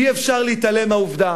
אי-אפשר להתעלם מהעובדה